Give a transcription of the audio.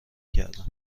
کردم